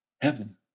heaven